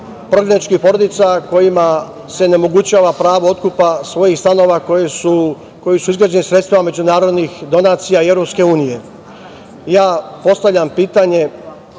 prognaničkih porodica kojima se onemogućava pravo otkupa svojih stanova koji su izgrađeni sredstvima međunarodnih donacija i EU.Postavljam pitanje